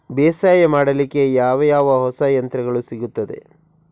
ಬೇಸಾಯ ಮಾಡಲಿಕ್ಕೆ ಯಾವ ಯಾವ ಹೊಸ ಯಂತ್ರಗಳು ಸಿಗುತ್ತವೆ?